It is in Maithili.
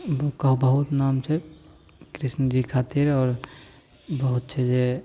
दू कहु बहुत नाम छै कृष्णजी खातिर आओर बहुत छै जे